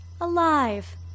alive